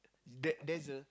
that there's a